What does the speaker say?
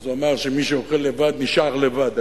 אז הוא אמר שמי שאוכל לבד נשאר לבד.